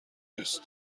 دوست